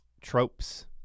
tropes